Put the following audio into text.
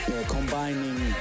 combining